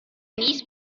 niece